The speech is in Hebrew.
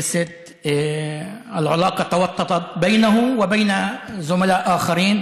הכנסת יוסף עטאונה הוא חבר שלי עוד לפני שהתחיל לכהן כחבר